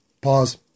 Pause